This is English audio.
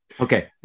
Okay